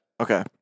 Okay